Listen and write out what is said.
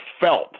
felt